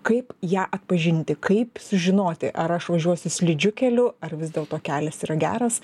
kaip ją atpažinti kaip sužinoti ar aš važiuosiu slidžiu keliu ar vis dėlto kelias yra geras